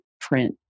print